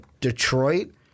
Detroit